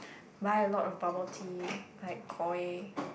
buy a lot of bubble tea like Koi